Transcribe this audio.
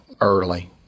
early